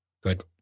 Good